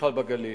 ובכלל בגליל.